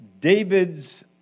David's